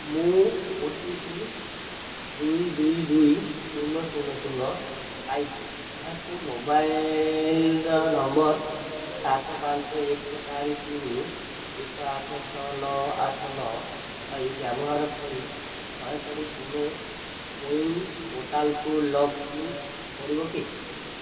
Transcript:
ମୁଁ O T P ଦୁଇ ଦୁଇ ଦୁଇ ଶୂନ ଶୂନ ଶୂନ ପାଇଛି ଏହାକୁ ମୋବାଇଲ୍ ନମ୍ବର୍ ସାତ ପାଞ୍ଚ ଏକ ଚାରି ତିନି ଏକ ଆଠ ଛଅ ନଅ ଆଠ ନଅ ପାଇଁ ବ୍ୟବହାର କରି ଦୟାକରି ତୁମେ କୋୱିନ୍ ପୋର୍ଟାଲକୁ ଲଗ୍ଇନ୍ କରିବ କି